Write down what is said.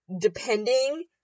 depending